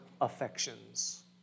affections